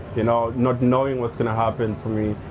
you know, not knowing what's going to happen for me,